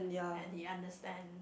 and he understand